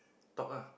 talk lah